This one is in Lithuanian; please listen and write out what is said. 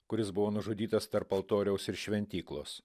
kuris buvo nužudytas tarp altoriaus ir šventyklos